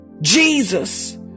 Jesus